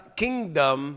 kingdom